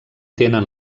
tenen